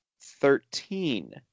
Thirteen